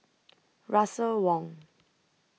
Russel Wong